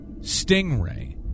stingray